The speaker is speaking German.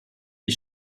die